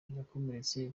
yakomeretse